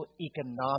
economic